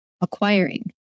acquiring